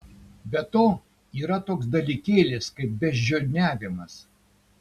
be to yra toks dalykėlis kaip beždžioniavimas